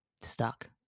stuck